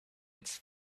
its